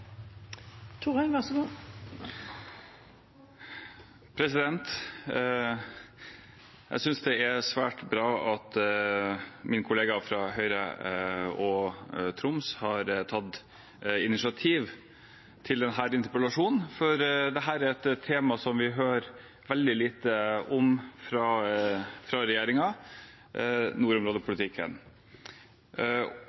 svært bra at min kollega fra Høyre og Troms har tatt initiativ til denne interpellasjonen, for nordområdepolitikken er et tema som vi hører veldig lite om fra